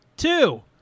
Two